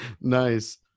Nice